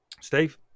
Steve